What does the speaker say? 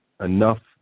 enough